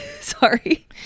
Sorry